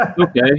Okay